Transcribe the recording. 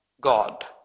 God